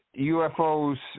UFOs